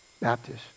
Baptist